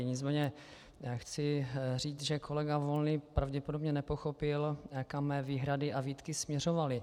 Nicméně chci říct, že kolega Volný pravděpodobně nepochopil, kam mé výhrady a výtky směřovaly.